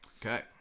Okay